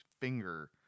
finger